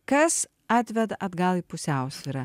kas atveda atgal į pusiausvyrą